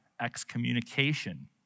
excommunication